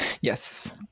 Yes